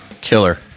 killer